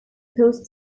post